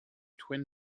twin